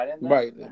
Right